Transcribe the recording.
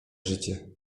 życie